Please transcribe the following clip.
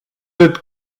êtes